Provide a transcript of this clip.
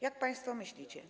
Jak państwo myślicie?